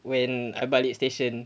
when I balik station